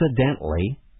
accidentally